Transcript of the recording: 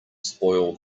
spoil